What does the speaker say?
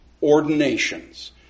ordinations